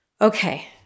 Okay